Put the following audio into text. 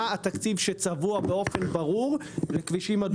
מה התקציב שצבוע באופן ברור לכבישים אדומים.